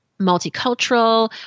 multicultural